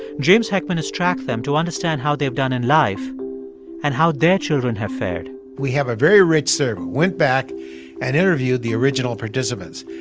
james heckman has tracked them to understand how they've done in life and how their children have fared we have a very rich so we went back and interviewed the original participants.